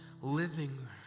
living